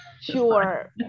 sure